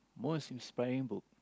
most inspiring book